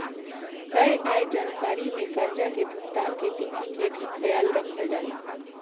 तय आय जानकारी में कर्जा के भुगतान के तिथि के भी ख्याल रखल जाला